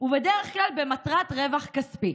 ובדרך בכלל למטרת רווח כספי.